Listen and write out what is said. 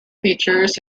features